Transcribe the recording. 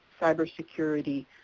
Cybersecurity